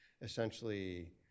essentially